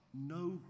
no